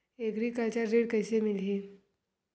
Agriculture ऋण कइसे मिलही?